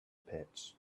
pits